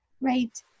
right